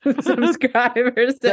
subscribers